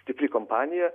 stipri kompanija